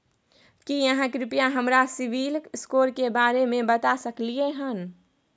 की आहाँ कृपया हमरा सिबिल स्कोर के बारे में बता सकलियै हन?